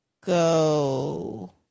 go